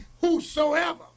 whosoever